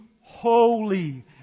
holy